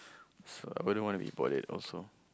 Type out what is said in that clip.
so I wouldn't want to be bother also